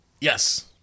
Yes